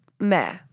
meh